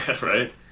right